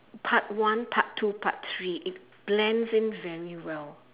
part one part two part three it blends in very well